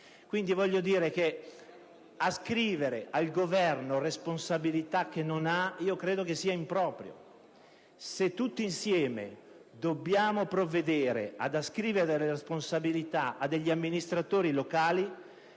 la necessaria sicurezza. Ascrivere al Governo responsabilità che non ha credo sia improprio; tutti insieme dobbiamo provvedere ad ascrivere le responsabilità agli amministratori locali.